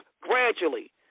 gradually